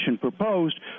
proposed